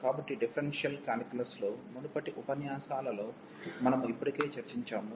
కాబట్టి డిఫరెన్షియల్ కాలిక్యులస్లో మునుపటి ఉపన్యాసాలలో మనము ఇప్పటికే చర్చించాము